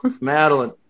Madeline